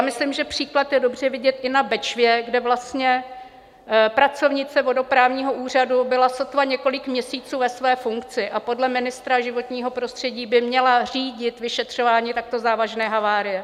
Myslím, že příklad je dobře vidět i na Bečvě, kde pracovnice vodoprávního úřadu byla sotva několik měsíců ve své funkci a podle ministra životního prostředí by měla řídit vyšetřování takto závažné havárie.